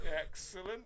Excellent